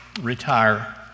retire